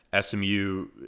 SMU